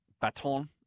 baton